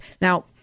Now